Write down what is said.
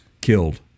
killed